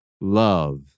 Love